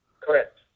Correct